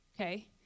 Okay